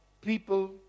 people